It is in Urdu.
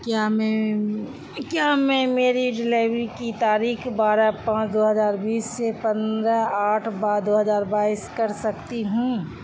کیا میں کیا میں میری ڈیلیوری کی تاریخ بارہ پانچ دو ہزار بیس سے پندرہ آٹھ دو ہزار بائیس کر سکتی ہوں